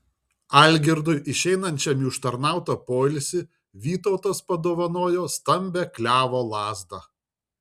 algirdui išeinančiam į užtarnautą poilsį vytautas padovanojo stambią klevo lazdą